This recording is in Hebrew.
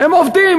הם עובדים,